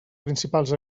principals